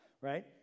right